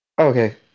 Okay